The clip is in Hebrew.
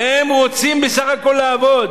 הם רוצים בסך הכול לעבוד.